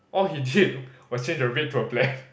all he did was changed the red to a black